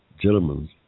gentlemen